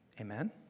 Amen